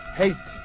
hate